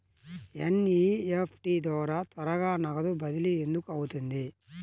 NEFT ద్వారా త్వరగా నగదు బదిలీ ఎందుకు అవుతుంది?